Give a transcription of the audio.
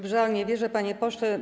W żal nie wierzę, panie pośle.